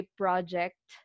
project